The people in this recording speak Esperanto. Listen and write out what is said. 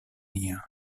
nia